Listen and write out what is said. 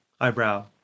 eyebrow